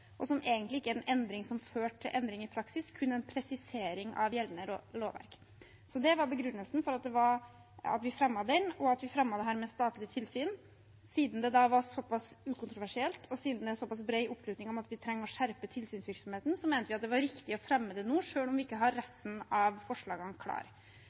og det er egentlig ikke en endring som fører til endring i praksis, kun en presisering av gjeldende lovverk. Det var begrunnelsen for at vi fremmet den, og også for at vi fremmet dette med statlig tilsyn. Siden det var såpass ukontroversielt, og siden det er såpass bred oppslutning om at vi trenger å skjerpe tilsynsvirksomheten, mente vi at det var riktig å fremme det nå, selv om vi ikke har